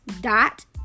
dot